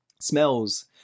Smells